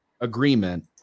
agreement